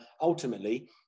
ultimately